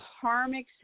karmic